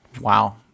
wow